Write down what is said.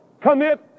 commit